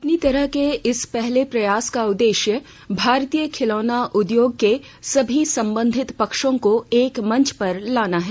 अपनी तरह के इस पहले प्रयास का उददेश्य भारतीय खिलौना उदयोग के सभी संबंधित पक्षों को एक मंच पर लाना है